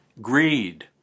greed